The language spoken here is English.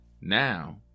Now